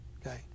Okay